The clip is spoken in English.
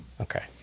Okay